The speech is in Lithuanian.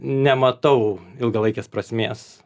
nematau ilgalaikės prasmės